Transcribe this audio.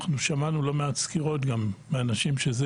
אנחנו שמענו לא מעט סקירות מאנשים שזה